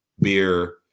Beer